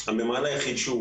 המימן היחיד שהוא